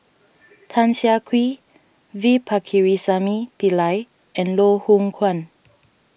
Tan Siah Kwee V Pakirisamy Pillai and Loh Hoong Kwan